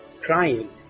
crying